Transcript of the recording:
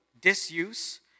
disuse